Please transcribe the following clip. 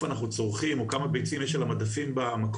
אנחנו צורכים או כמה ביצים יש על המדפים במכולת,